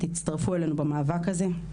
תצטרפו אלינו למאבק הזה.